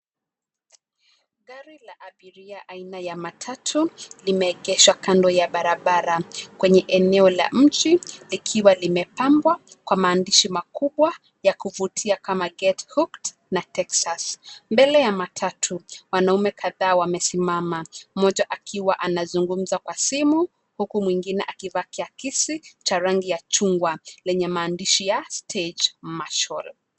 Gari la abiria aina ya matatu; limeegeshwa kando ya barabara kwenye eneo la nchi likiwa limepambwa kwa maandishi makubwa ya kuvutia kama get hooked na Texas. Mbele ya matatu wanaume kadhaa wamesimama; mmoja akiwa anaongea kwa simu huku mwingine akivaa kiakisi cha rangi ya chungwa yenye maandishi ya stage marshal .